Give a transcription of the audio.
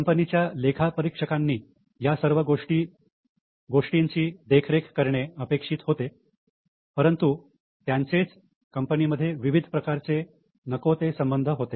कंपनीच्या लेखापरीक्षकांनी या सर्व गोष्टींची देखरेख करणे अपेक्षित होते परंतु त्यांचे कंपनी मध्येच विविध प्रकारचे नको ते संबंध होते